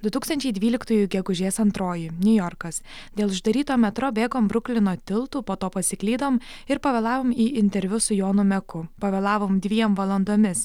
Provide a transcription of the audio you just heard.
du tūkstančiai dvyliktųjų gegužės antroji niujorkas dėl uždaryto metro bėgom bruklino tiltu po to pasiklydom ir pavėlavom į interviu su jonu meku pavėlavom dviem valandomis